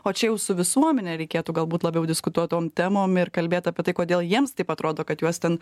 o čia jau su visuomene reikėtų galbūt labiau diskutuot tom temom ir kalbėt apie tai kodėl jiems taip atrodo kad juos ten